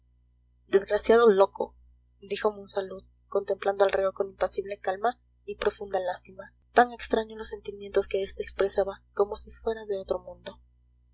desgraciado loco dijo monsalud contemplando al reo con impasible calma y profunda lástima tan extraño a los sentimientos que este expresaba como si fueran de otro mundo